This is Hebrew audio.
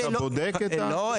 אתה בודק -- לא,